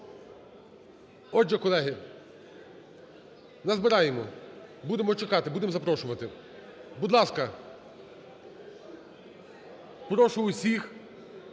Отже, колеги, назбираємо, будемо чекати, будемо запрошувати. Будь ласка, прошу усіх